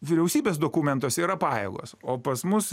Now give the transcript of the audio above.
vyriausybės dokumentuose yra pajėgos o pas mus